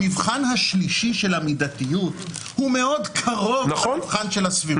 המבחן השלישי של המידתיות מאוד קרוב למבחן של הסבירות.